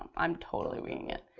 um i'm totally winging it.